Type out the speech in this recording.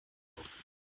auf